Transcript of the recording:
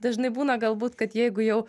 dažnai būna galbūt kad jeigu jau